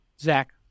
Zach